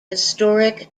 historic